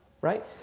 right